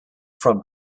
from